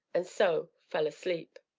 and so, fell asleep.